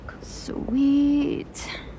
sweet